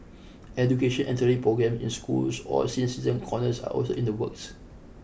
education and training programme in schools or senior citizen corners are also in the works